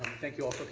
thank you all